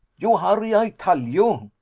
you hurry, ay tal you!